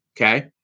okay